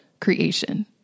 creation